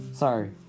Sorry